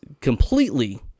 completely